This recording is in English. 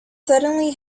suddenly